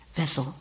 vessel